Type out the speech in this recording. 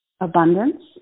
Abundance